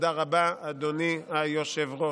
תודה רבה, אדוני היושב-ראש.